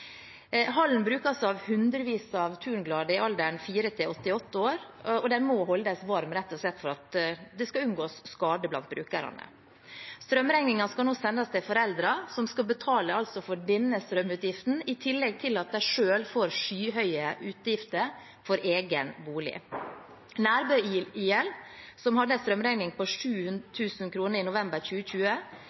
Hallen blir brukt av hundrevis av turnglade i alderen 4–88 år, og den må holdes varm, rett og slett for at man skal unngå skade blant brukerne. Strømregningen skal nå sendes til foreldrene, som altså skal betale for denne strømutgiften i tillegg til at de selv får skyhøye utgifter for egen bolig. Nærbø IL, som hadde en strømregning på 7 000 kr i november 2020,